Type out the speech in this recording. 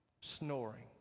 Snoring